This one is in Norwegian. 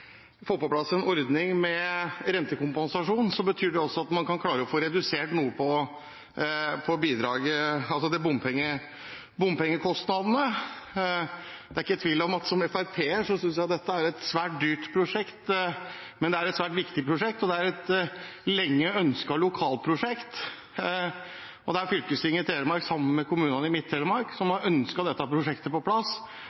få redusert noe på bompengekostnadene. Det er ikke tvil om at som FrP-er synes jeg dette er et svært dyrt prosjekt, men det er et svært viktig prosjekt, og det er et lenge ønsket prosjekt lokalt. Det er fylkestinget i Telemark sammen med kommunene i Midt-Telemark som har ønsket å få dette prosjektet på plass,